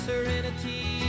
serenity